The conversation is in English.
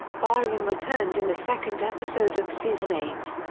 byron returned in the second episode of season eight.